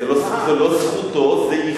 זה לא זכותו, זה ייחודו.